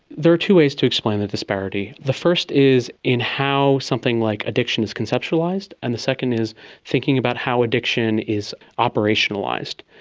there are two ways to explain the disparity. the first is in how something like addiction is conceptualised, and the second is thinking about how addiction is operationalised.